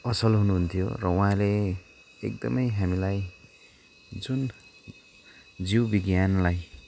असल हुनुहुन्थ्यो र उहाँले एकदमै हामीलाई जुन जीव विज्ञानलाई